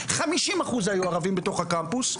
חמישים אחוז היו ערבים בתוך הקמפוס,